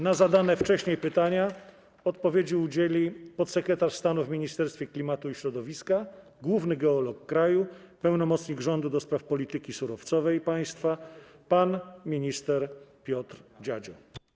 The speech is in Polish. Na zadane wcześniej pytania odpowiedzi udzieli podsekretarz stanu w Ministerstwie Klimatu i Środowiska, główny geolog kraju, pełnomocnik rządu ds. polityki surowcowej państwa pan minister Piotr Dziadzio.